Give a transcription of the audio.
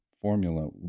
formula